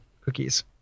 cookies